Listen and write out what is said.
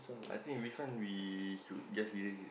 I think this one we should just erase it